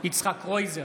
יצחק קרויזר,